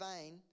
vain